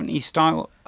style